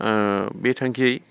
ओ बे थांखियै